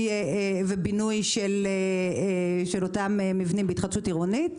ובינוי של אותם מבנים בהתחדשות עירונית.